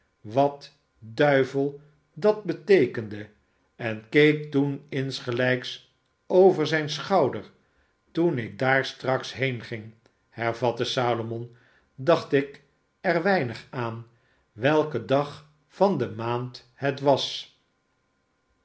wat duivel dat beteekende en keek toen insgelijks over zijn schouder toen ik daar straks heenging hervatte salomon dacht ik er weinig aan welken dag van de maand het was